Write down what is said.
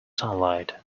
sunlight